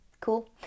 Cool